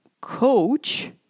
coach